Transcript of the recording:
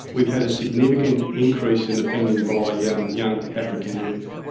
we've had a significant increase in offending by yeah young african youth.